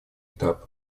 этап